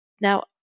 Now